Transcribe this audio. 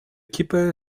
kippe